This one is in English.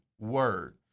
word